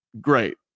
Great